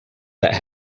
that